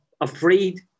afraid